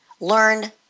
learn